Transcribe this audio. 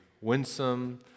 winsome